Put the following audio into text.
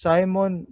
Simon